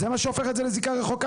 זה מה שהופך את זה לזיקה רחוקה?